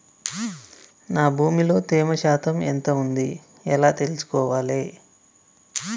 నా భూమి లో తేమ శాతం ఎంత ఉంది ఎలా తెలుసుకోవాలే?